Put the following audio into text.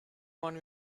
want